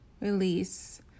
Release